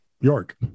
York